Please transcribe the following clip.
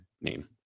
name